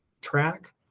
track